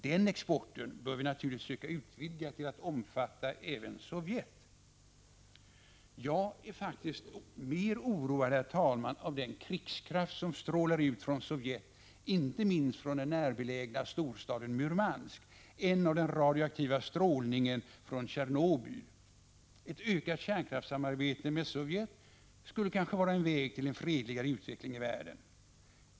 Den exporten bör vi naturligtvis söka utvidga till att omfatta även Sovjet. Jag är faktiskt mer oroad, herr talman, av den krigskraft som strålar ut från Sovjet — inte minst från den oss närbelägna storstaden Murmansk — än av den radioaktiva strålningen från Tjernobyl. Ett ökat kärnkraftsamarbete med Sovjet skulle kanske vara en väg till en fredligare utveckling i världen.